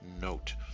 note